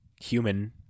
Human